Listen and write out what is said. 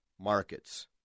Markets